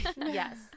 Yes